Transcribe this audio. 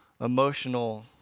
emotional